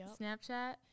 Snapchat